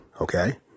okay